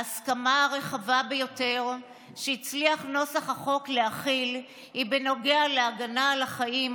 ההסכמה הרחבה ביותר שהצליח נוסח החוק להכיל היא בנוגע להגנה על החיים,